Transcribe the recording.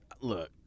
Look